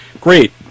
Great